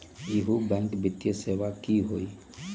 इहु बैंक वित्तीय सेवा की होई?